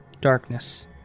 darkness